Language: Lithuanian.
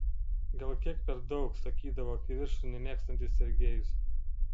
gal kiek per daug sakydavo kivirčų nemėgstantis sergejus